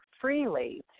freely